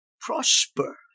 prosper